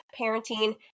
parenting